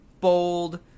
bold